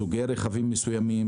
לגבי סוגי רכבים מסוימים